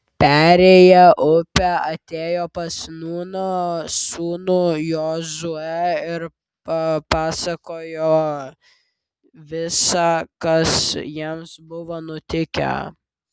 perėję upę atėjo pas nūno sūnų jozuę ir papasakojo visa kas jiems buvo nutikę